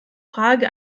frage